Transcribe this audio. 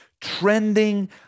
trending